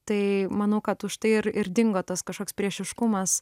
tai manau kad už tai ir ir dingo tas kažkoks priešiškumas